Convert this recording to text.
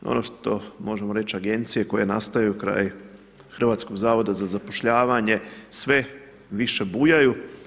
I ono što možemo reći agencije koje nastaju kraj Hrvatskog zavoda za zapošljavanje sve više bujaju.